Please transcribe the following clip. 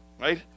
right